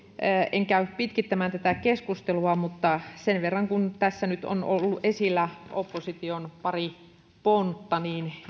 en käy pitkittämään tätä keskustelua mutta sen verran kun tässä nyt on ollut esillä opposition pari pontta